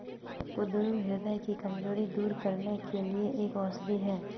कुंदरू ह्रदय की कमजोरी दूर करने के लिए एक औषधि है